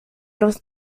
los